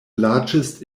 largest